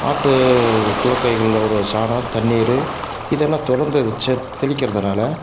ஆட்டுப்புழுக்கைகளோட சாணம் தண்ணீர் இதெல்லாம் தொடர்ந்து தெளிக்கறதுனால